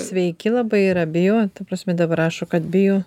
sveiki labai yra bio ta prasme dabar rašo kad bio